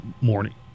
morning